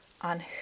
on